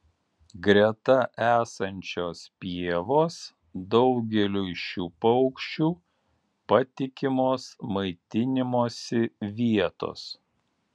greta esančios pievos daugeliui šių paukščių patikimos maitinimosi vietos